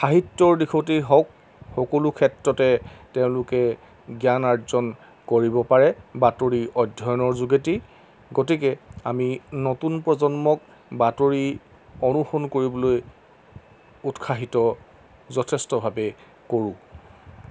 সাহিত্যৰ দিশতেই হওক সকলো ক্ষেত্ৰতে তেওঁলোকে জ্ঞান আৰ্জন কৰিব পাৰে বাতৰি অধ্যয়নৰ যোগেদি গতিকে আমি নতুন প্ৰজন্মক বাতৰি অনুসৰণ কৰিবলৈ উৎসাহিত যথেষ্টভাৱে কৰোঁ